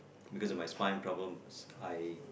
because of my spine problems I